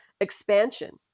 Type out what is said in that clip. expansion